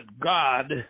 God